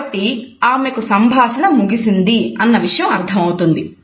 కాబట్టి ఆమెకు సంభాషణ ముగిసింది అన్న విషయం అర్థమవుతుంది